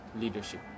leadership